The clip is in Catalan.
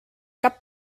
cap